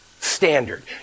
standard